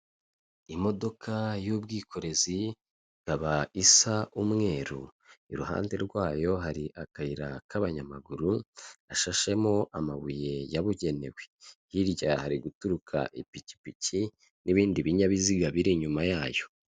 Imodoka y’ubwikorezi ikaba isa umweru, iruhande rwayo hari akayira k’abanyamaguru kashashemo amabuye yabugenewe. Hirya hari guturuka ipikipiki n’ibindi binyabiziga biri inyuma yayo.